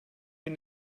bir